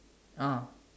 ah